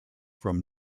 from